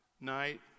night